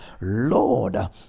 Lord